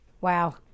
Wow